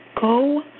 go